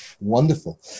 Wonderful